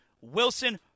Wilson